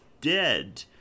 Dead